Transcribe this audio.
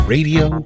Radio